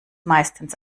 meistens